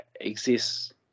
exists